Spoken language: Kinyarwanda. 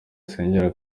asengera